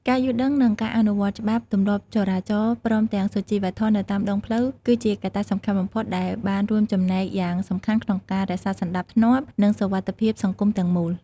ការយល់ដឹងនិងការអនុវត្តនូវច្បាប់ទម្លាប់ចរាចរណ៍ព្រមទាំងសុជីវធម៌នៅតាមដងផ្លូវគឺជាកត្តាសំខាន់បំផុតដែលបានរួមចំណែកយ៉ាងសំខាន់ក្នុងការរក្សាសណ្តាប់ធ្នាប់និងសុវត្ថិភាពសង្គមទាំងមូល។